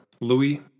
Louis